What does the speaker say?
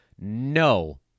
No